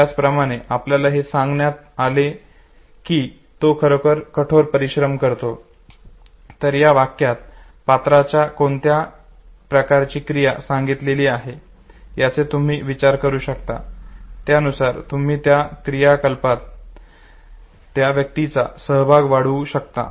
त्याचप्रमाणे जर आपल्याला हे सांगण्यात आले की तो खरोखर कठोर परिश्रम करतो तर या वाक्यात या पात्राच्या कोणत्या प्रकारची क्रिया सांगितलेली आहे याचा तुम्ही विचार करू शकता आणि त्यानुसार तुम्ही त्या क्रियाकलापात त्या व्यक्तीचा सहभाग वाढवू शकता